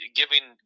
giving